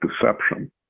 deception